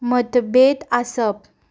मतभेद आसप